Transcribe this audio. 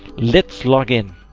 let's log in.